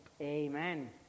Amen